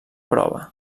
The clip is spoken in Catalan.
prova